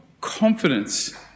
confidence